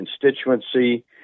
constituency